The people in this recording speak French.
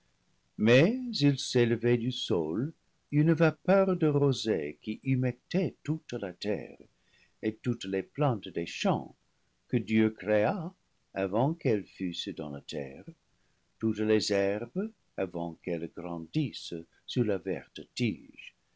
mais il s'élevait du sol une vapeur de rosée qui hu mectait toute la terre et toutes les plantes des champs que dieu créa avant qu'elles fussent dans la terre toutes les herbes avant qu'elles grandissent sur la verte tige